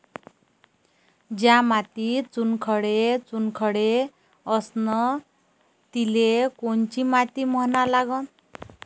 ज्या मातीत चुनखडे चुनखडे असन तिले कोनची माती म्हना लागन?